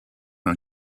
and